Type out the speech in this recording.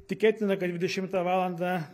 tikėtina kad dvidešimtą valandą